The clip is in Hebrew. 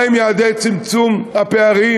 מה הם יעדי צמצום הפערים,